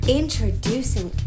introducing